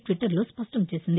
ట్విటర్లో స్పష్టం చేసింది